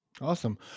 Awesome